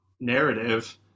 narrative